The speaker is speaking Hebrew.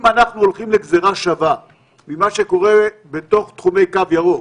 אם אנחנו הולכים לגזירה שווה ממה שקורה בתוך תחומי קו ירוק